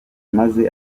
maze